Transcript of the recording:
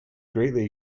greatly